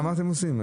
מה אתם עושים?